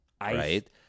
right